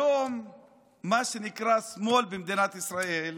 היום מה שנקרא "שמאל" במדינת ישראל,